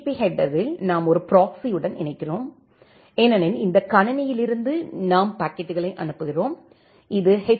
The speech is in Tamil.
பி ஹெட்டரில் நாம் ஒரு ப்ராக்ஸியுடன் இணைக்கிறோம் ஏனெனில் இந்த கணினியிலிருந்து நாம் பாக்கெட்களை அனுப்புகிறோம் இது எச்